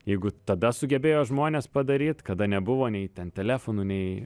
jeigu tada sugebėjo žmonės padaryt kada nebuvo nei ten telefonų nei